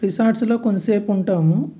రిసార్ట్స్లో కొంతసేపు ఉంటాము